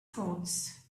thoughts